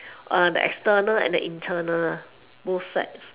uh the external and the internal both sides